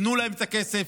תנו להן את הכסף,